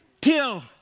till